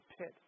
pit